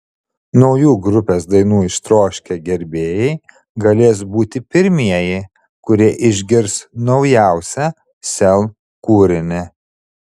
naujų grupės dainų ištroškę gerbėjai galės būti pirmieji kurie išgirs naujausią sel kūrinį